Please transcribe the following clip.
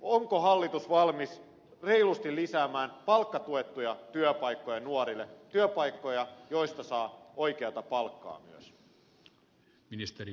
onko hallitus valmis reilusti lisäämään palkkatuettuja työpaikkoja nuorille työpaikkoja joista saa oikeata palkkaa myös